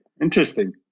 interesting